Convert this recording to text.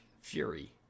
Fury